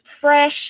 fresh